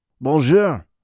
Bonjour